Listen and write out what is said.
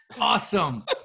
Awesome